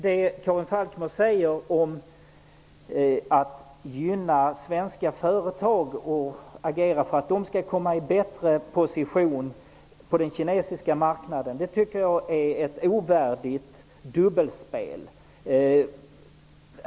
Det Karin Falkmer säger om att gynna svenska företag och agera för att de skall hamna i en bättre position på den kinesiska marknaden är ett ovärdigt dubbelspel.